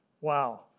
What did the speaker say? Wow